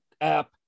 app